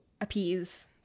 appease